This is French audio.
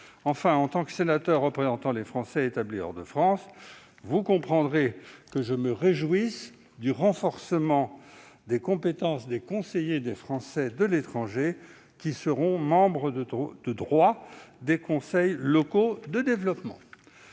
que, en tant que sénateur représentant les Français établis hors de France, je me réjouisse du renforcement des compétences des conseillers des Français de l'étranger, qui seront membres de droit des conseils locaux de développement.